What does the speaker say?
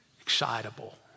excitable